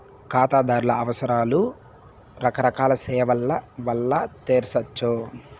కాతాదార్ల అవసరాలు రకరకాల సేవల్ల వల్ల తెర్సొచ్చు